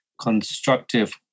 Constructive